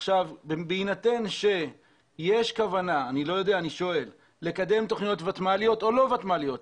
בהינתן שיש כוונה לקדם תוכניות ותמ"ליות או לא ותמ"ליות